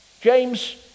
James